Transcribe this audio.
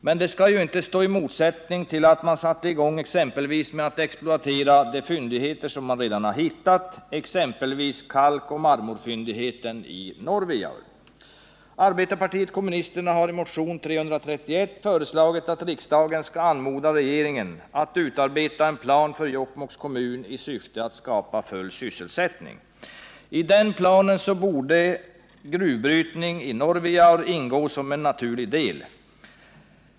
Men det skall ju inte stå i motsättning till att sätta i gång med att exploatera de fyndigheter som man redan hittat, exempelvis kalkoch marmorfyndigheten i Norvijaur. Arbetarpartiet kommunisterna har i motion 331 föreslagit att riksdagen skall anmoda regeringen att utarbeta en plan för Jokkmokks kommun i syfte att skapa full sysselsättning. I den planen borde gruvbrytning i Norvijaur ingå som en naturlig del.